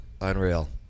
Unreal